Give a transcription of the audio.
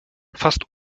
fast